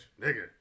nigga